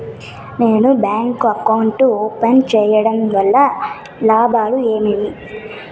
నేను bank account open సేయడం వల్ల లాభాలు ఏమేమి?